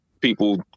people